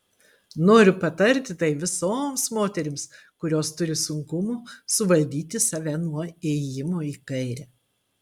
noriu patarti tai visoms moterims kurios turi sunkumų suvaldyti save nuo ėjimo į kairę